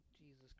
Jesus